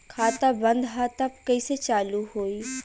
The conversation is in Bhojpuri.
खाता बंद ह तब कईसे चालू होई?